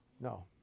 No